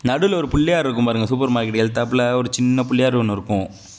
நடுவில் ஒரு பிள்ளையாரு இருக்கும் பாருங்க சூப்பர் மார்கெட்டுக்கு எதுத்தாப்பில் ஒரு சின்ன பிள்ளையார் ஒன்று இருக்கும்